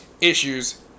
issues